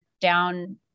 down